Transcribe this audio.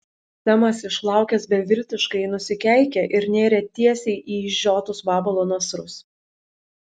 semas išlaukęs beviltiškai nusikeikė ir nėrė tiesiai į išžiotus vabalo nasrus